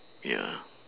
ya